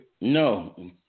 No